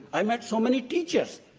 i met so many teachers,